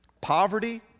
Poverty